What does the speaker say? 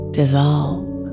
dissolve